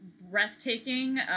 breathtaking